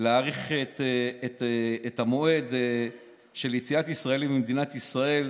להאריך את המועד של יציאת ישראלים ממדינת ישראל